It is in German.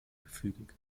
gefügig